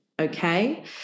okay